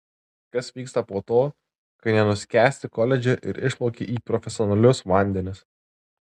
kas vyksta po to kai nenuskęsti koledže ir išplauki į profesionalius vandenis